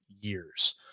years